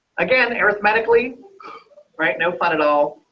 again arithmetic lee right no fun at all.